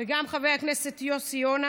וגם חבר הכנסת יוסי יונה,